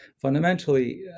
fundamentally